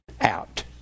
out